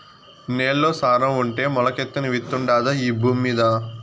నేల్లో సారం ఉంటే మొలకెత్తని విత్తుండాదా ఈ భూమ్మీద